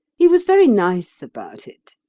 he was very nice about it.